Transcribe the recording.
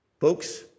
Folks